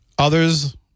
Others